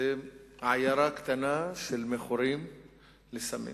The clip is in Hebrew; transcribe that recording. זה עיירה קטנה של מכורים לסמים.